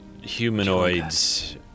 humanoids